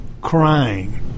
crying